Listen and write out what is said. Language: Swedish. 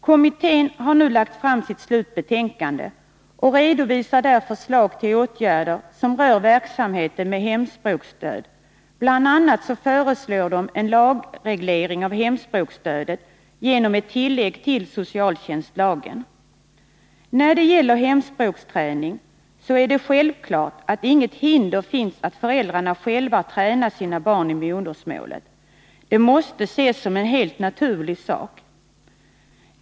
Kommittén har nu lagt fram ett slutbetänkande och redovisar där förslag till åtgärder, som rör verksamheten med hemspråksstöd. Bl. a. föreslås en lagreglering av hemspråksstödet genom ett tillägg till socialtjänstlagen. När det gäller hemspråksträning är det självklart att inget hinder finns mot att föräldrar själva tränar sina barn i modersmålet. Det måste ses som en helt naturlig sak.